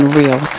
real